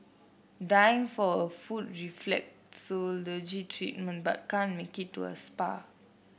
dying for a foot reflexology treatment but can't make it to a spa